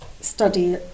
study